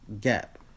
gap